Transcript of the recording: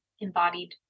embodied